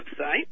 website